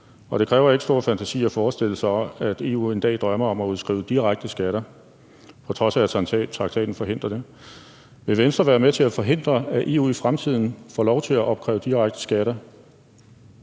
det kræver ikke stor fantasi at forestille sig, at EU en dag drømmer om at udskrive direkte skatter, på trods af at traktaten forhindrer det. Vil Venstre være med til at forhindre, at EU i fremtiden får lov til at opkræve direkte skatter?